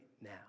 now